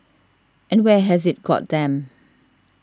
and where has it got them